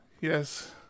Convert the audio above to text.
yes